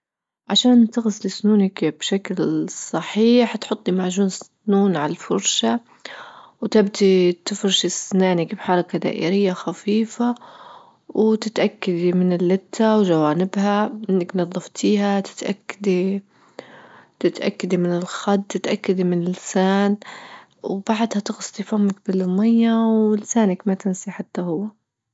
عشان تغسلي سنونك بشكل صحيح تحطي معجون سنون عالفرشة وتبدي تفرشي أسنانك بحركة دائرية خفيفة وتتأكدي من اللثة وجوانبها أنك نظفتيها تتأكدي-تتأكدي من الخد تتأكدي من اللسان، وبعدها تغسلي فمك بالمية ولسانك ما تنسي حتى هو.